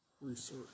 research